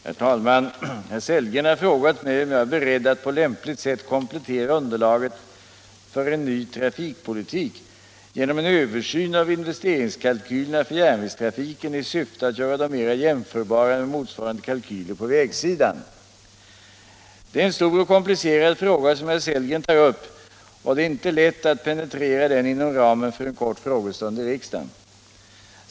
Herr talman! Herr Sellgren har frågat mig om jag är beredd att på lämpligt sätt komplettera underlaget för en ny trafikpolitik genom en översyn av investeringskalkylerna för järnvägstrafiken i syfte att göra dem mer jämförbara med motsvarande kalkyler på vägsidan. Det är en stor och komplicerad fråga som herr Sellgren tar upp och den är inte lätt att penetrera inom ramen för en kort frågestund i riksdagen.